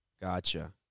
Gotcha